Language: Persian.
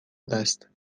است